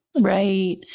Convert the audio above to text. Right